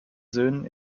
söhnen